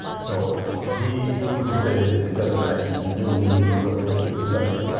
so he couldn't say this doesn't happen, he knew we knew, so he had to do something about